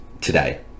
today